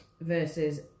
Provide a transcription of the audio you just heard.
versus